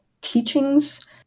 teachings